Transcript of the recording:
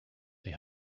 they